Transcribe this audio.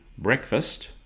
breakfast